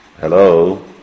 Hello